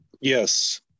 Yes